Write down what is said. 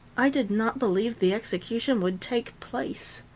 i did not believe the execution would take place.